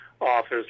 office